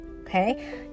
okay